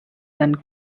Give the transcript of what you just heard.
and